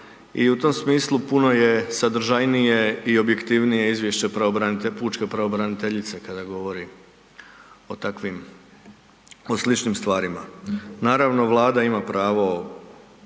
i u tom smislu puno je sadržajnije i objektivnije izvješće pučke pravobraniteljice kada govori o takvim, o sličnim stvarima. Naravno, Vlada ima pravo